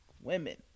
women